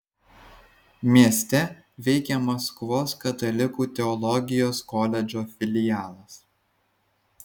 mieste veikia maskvos katalikų teologijos koledžo filialas